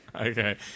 Okay